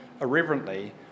irreverently